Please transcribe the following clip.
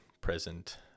present